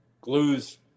glues